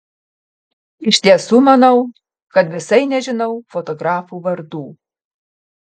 iš tiesų manau kad visai nežinau fotografų vardų